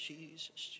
Jesus